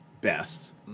best